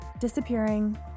disappearing